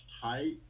tight